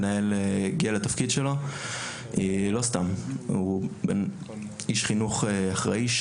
מנהל לא סתם הגיע לתפקידו; הוא איש חינוך אחראי,